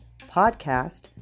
podcast